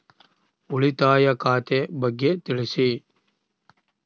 ಉಳಿತಾಯ ಖಾತೆ ಬಗ್ಗೆ ತಿಳಿಸಿ?